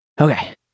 Okay